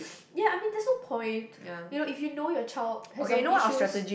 ya I mean there's no point you know if you know your child has some issues